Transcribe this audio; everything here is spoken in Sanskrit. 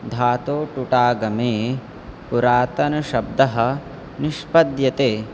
धातोः टुटागमे पुरातनशब्दः निष्पद्यते